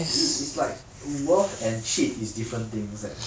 it it's like worth and cheap is different things leh